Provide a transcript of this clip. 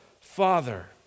Father